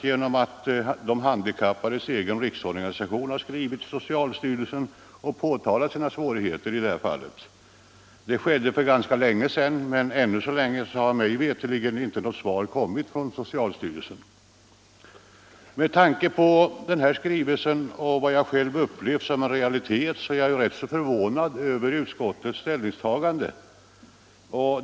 genom att de handikappades egen riksorganisation har skrivit till socialstyrelsen och påvisat sina svårigheter i det avseendet. Det skedde för ganska länge sedan, men ännu har mig veterligen inte något svar kommit från socialstyrelsen. Med tanke på denna skrivelse och vad jag själv upplevt som en realitet är jag förvånad över utskottets ställningstagande.